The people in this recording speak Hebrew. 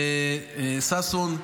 ששון,